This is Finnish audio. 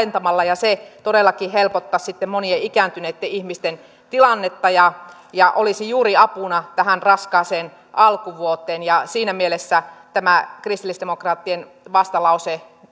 alentamalla ja se todellakin helpottaisi sitten monien ikääntyneitten ihmisten tilannetta ja ja olisi juuri apuna tähän raskaaseen alkuvuoteen siinä mielessä tämä kristillisdemokraattien vastalause